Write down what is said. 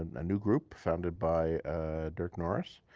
and a new group founded by dirk norris,